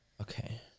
Okay